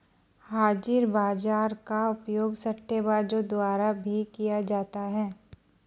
हाजिर बाजार का उपयोग सट्टेबाजों द्वारा भी किया जाता है